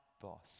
boss